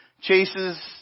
chases